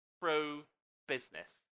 pro-business